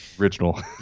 original